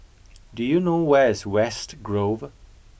do you know where is West Grove